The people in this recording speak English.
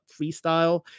freestyle